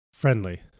Friendly